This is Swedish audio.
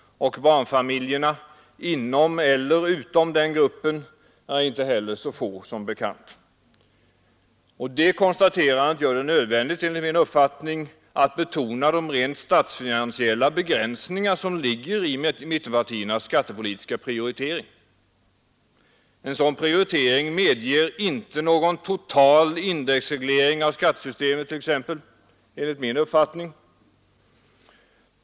Barnfamiljerna inom eller utom den gruppen är inte heller så få som bekant. Det konstaterandet gör det nödvändigt — enligt min uppfattning — att betona de rent statsfinansiella begränsningar som ligger i mittenpartiernas skattepolitiska prioritering. En sådan prioritering medger exempelvis inte någon total indexreglering av skattesystemet.